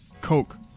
coke